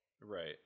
Right